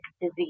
disease